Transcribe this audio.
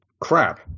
crap